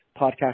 podcast